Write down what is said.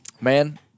man